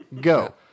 go